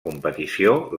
competició